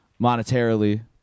monetarily